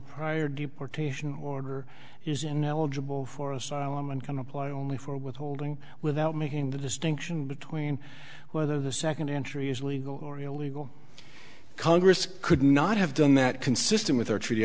prior deportation order is ineligible for asylum and come apply only for withholding without making the distinction between whether the second entry is legal or illegal congress could not have done that consistent with our tre